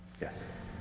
yes?